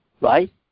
right